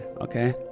okay